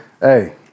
Hey